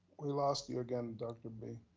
we lost you again, dr. b.